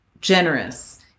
generous